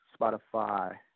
Spotify